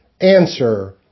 Answer